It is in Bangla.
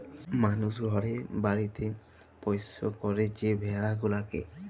মালুস ঘরে বাড়িতে পৌষ্য ক্যরে যে ভেড়া গুলাকে